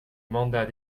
mandat